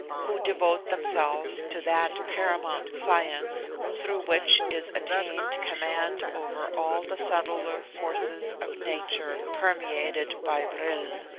who devote themselves to that paramount science through which is attained command over all the subtler forces of nature permeated by vril.